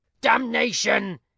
Damnation